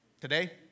Today